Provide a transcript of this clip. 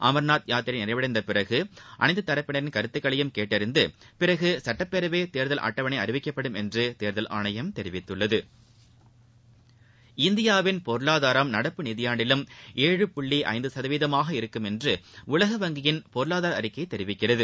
அமர்நாத் யாத்திரை நிறைவடைந்த பிறகு அனைத்து தரப்பினரின் கருத்துகளையும் கேட்டறிந்து பிறகு சட்டப்பேரவை தேர்தல் அட்டவணை அறிவிக்கப்படும் என்று தேர்தல் ஆணையம் தெரிவித்துள்ளது இந்தியாவின் பொருளாதாரம் நடப்பு நிதியாண்டிலும் ஏழு புள்ளி ஐந்து சதவீதமாக இருக்கும் என்று உலக வங்கியின் பொருளாதார அறிக்கை தெரிவிக்கிறது